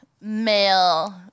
male